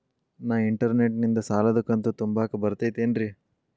ನಾ ಇಂಟರ್ನೆಟ್ ನಿಂದ ಸಾಲದ ಕಂತು ತುಂಬಾಕ್ ಬರತೈತೇನ್ರೇ?